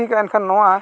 ᱴᱷᱤᱠᱟ ᱮᱱᱠᱷᱟᱱ ᱱᱚᱣᱟ